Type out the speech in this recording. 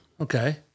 okay